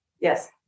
Yes